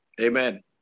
Amen